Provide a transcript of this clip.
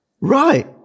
Right